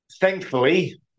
thankfully